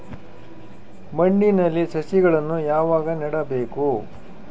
ಮಣ್ಣಿನಲ್ಲಿ ಸಸಿಗಳನ್ನು ಯಾವಾಗ ನೆಡಬೇಕು?